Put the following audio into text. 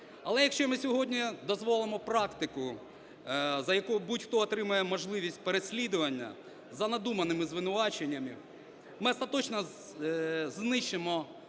Але, якщо ми сьогодні дозволимо практику, за якою будь-хто отримає можливість переслідування за надуманими звинуваченнями, ми остаточно знищимо